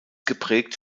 geprägt